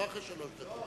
לא אחרי שלוש דקות.